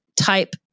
type